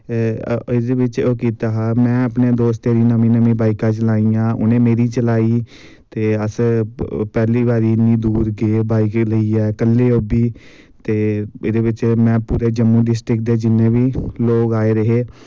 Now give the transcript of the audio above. एह्दे बिच्च एह् कीता हा में अपने दोस्तें दी नमीं नमीं बॉईकां चलाईयां उनें मेरी चलाई ते अस पैह्ली बारी इन्नी दूर गे बॉईक लेईयै कल्ले ओह्बी ते एह्दे बिच्च में पूरे जम्मू डिस्टिक दे जिन्ने बी लोग आए दे हे